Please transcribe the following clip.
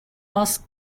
was